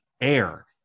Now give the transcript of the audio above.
air